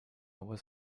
was